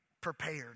prepared